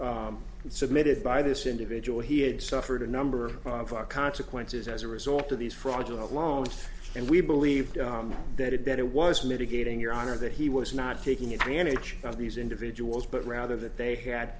submitted by this individual he had suffered a number of our consequences as a result of these fraudulent loans and we believe that it that it was mitigating your honor that he was not taking advantage of these individuals but rather that they had